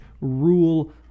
rule